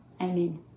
Amen